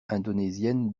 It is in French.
indonésienne